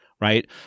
Right